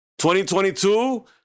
2022